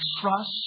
trust